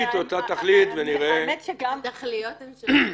האמת שגם התכליות שונות.